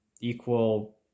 equal